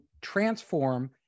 transform